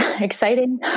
exciting